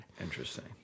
Interesting